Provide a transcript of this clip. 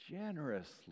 generously